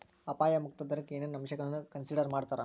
ಅಪಾಯ ಮುಕ್ತ ದರಕ್ಕ ಏನೇನ್ ಅಂಶಗಳನ್ನ ಕನ್ಸಿಡರ್ ಮಾಡ್ತಾರಾ